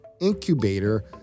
incubator